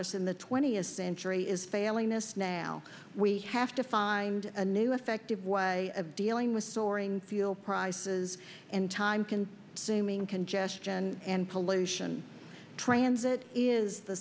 us in the twentieth century is failing this now we have to find a new effective way of dealing with soaring fuel prices and time can seaming congestion and pollution transit is the